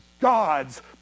God's